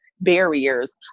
barriers